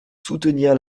soutenir